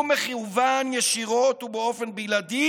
הוא מכוון ישירות ובאופן בלעדי